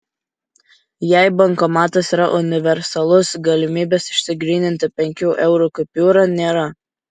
jei bankomatas yra universalus galimybės išsigryninti penkių eurų kupiūrą nėra